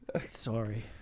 Sorry